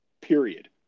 period